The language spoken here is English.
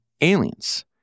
Aliens